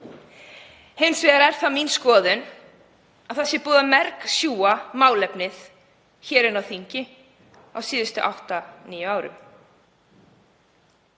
Hins vegar er það mín skoðun að það sé búið að mergsjúga málefnið hér á þingi á síðustu átta,